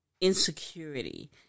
insecurity